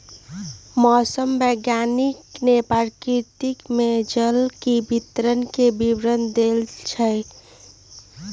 मौसम वैज्ञानिक ने प्रकृति में जल के वितरण के विवरण देल कई